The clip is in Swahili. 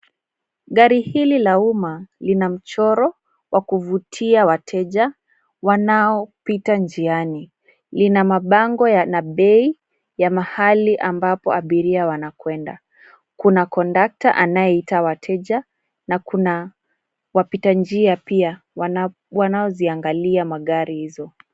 Gari hili la umma lina mchoro wa kuvutia wateja wanaopita njiani. Lina mabango yana bei ya mahali ambapo abiria wanakwenda. Kuna kondakta anayeita wateja na kuna wapita njia pia wanaoziangalia magari hizo.